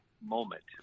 moment